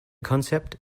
concept